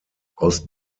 aus